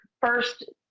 first